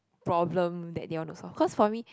problem that they want to solve cause for me